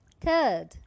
Third